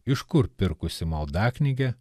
iš kur pirkusi maldaknygę